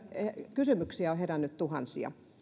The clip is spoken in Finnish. kysymyksiä on herännyt tuhansia